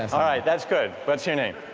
and alright that's good, what's your name?